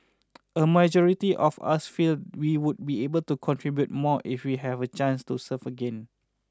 a majority of us feel we would be able to contribute more if we have a chance to serve again